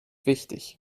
wichtig